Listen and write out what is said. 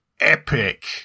epic